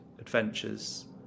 adventures